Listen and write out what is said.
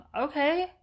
okay